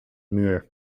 muur